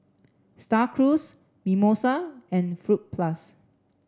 Star Cruise Mimosa and Fruit Plus